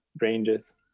ranges